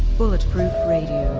bulletproof radio,